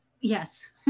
Yes